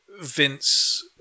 Vince